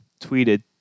tweeted